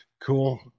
Cool